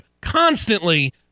constantly